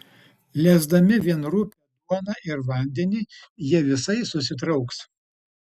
lesdami vien rupią duoną ir vandenį jie visai susitrauks